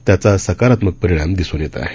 त्याचा सकारात्मक परिणाम दिसत आहे